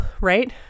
right